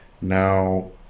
Now